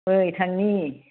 फै थांनि